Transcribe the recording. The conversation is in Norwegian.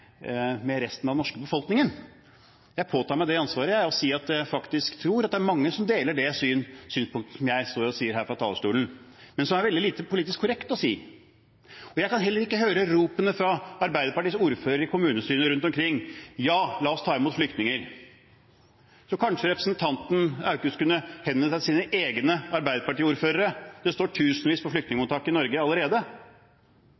med resten av den norske befolkningen. Jeg påtar meg det ansvaret å si at jeg tror det er mange som deler det synspunktet som jeg står og redegjør for fra talerstolen, men som det er veldig lite politisk korrekt å si. Jeg kan heller ikke høre ropene fra arbeiderpartiordførere i kommunestyrene rundt omkring: Ja, la oss ta imot flyktninger! Jeg tror representanten Aukrust kanskje burde henvende seg til sine egne arbeiderpartiordførere og be dem om å ta imot flyktninger som allerede trenger en plass – det